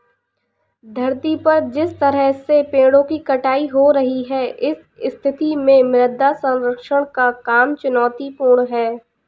धरती पर जिस तरह से पेड़ों की कटाई हो रही है इस स्थिति में मृदा संरक्षण का काम चुनौतीपूर्ण है